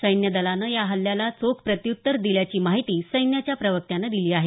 सैन्य दलानं या हल्ल्याला चोख प्रत्युत्तर दिल्याची माहिती सैन्याच्या प्रवक्त्यानं दिली आहे